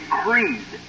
creed